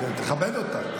תכבד אותה.